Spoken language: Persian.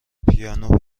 پیانو